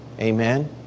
Amen